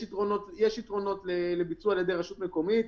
יש יתרונות לביצוע על ידי רשות מקומית,